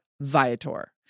Viator